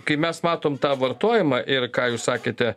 kai mes matom tą vartojimą ir ką jūs sakėte